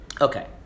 Okay